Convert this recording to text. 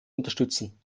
unterstützen